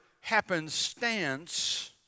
happenstance